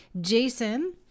jason